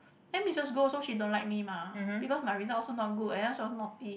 then Missus Goh also she don't like me mah because my results also not good and then also naughty